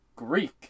Greek